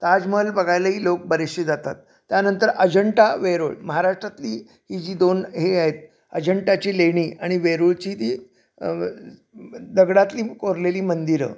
ताजमहल बघायलाही लोक बरेचशे जातात त्यानंतर अजिंठा वेरूळ महाराष्ट्रातली ही जी दोन हे आहेत अजिंठाची लेणी आणि वेरूळची ती दगडातली कोरलेली मंदिरं